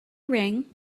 ring